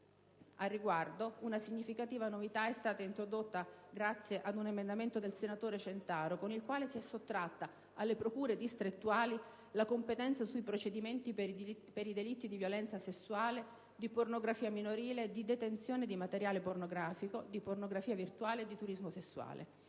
Al riguardo una significativa novità è stata introdotta grazie ad un emendamento del senatore Centaro, con il quale si è sottratta alle procure distrettuali la competenza sui procedimenti per i delitti di violenza sessuale, di pornografia minorile, di detenzione di materiale pornografico, di pornografia virtuale e di turismo sessuale.